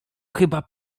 chyba